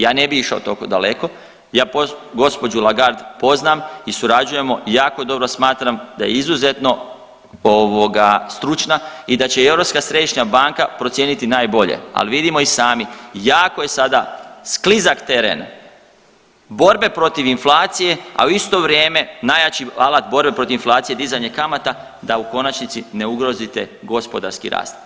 Ja ne bi išao toliko daleko, ja gđu. Lagarde poznam i surađujemo i jako dobro smatram da je izuzetno ovoga stručna i da će i Europska središnja banka procijeniti najbolje, ali vidimo i sami jako je sada sklizak teren borbe protiv inflacije, a u isto vrijeme najjači alat borbe protiv inflacije dizanje kamata da u konačnici ne ugrozite gospodarski rast.